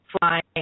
Flying